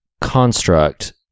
construct